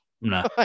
No